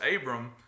Abram